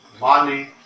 money